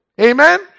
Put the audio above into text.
Amen